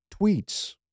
tweets